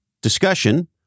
discussion